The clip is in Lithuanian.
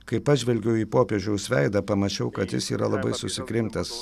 kai pažvelgiau į popiežiaus veidą pamačiau kad jis yra labai susikrimtęs